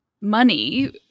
money